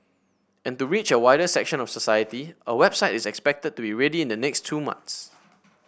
and to reach a wider section of society a website is expected to be ready in the next two months